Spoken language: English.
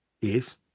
Yes